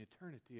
eternity